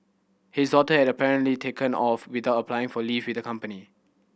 his daughter had apparently taken off without applying for leave with the company